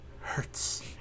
Hurts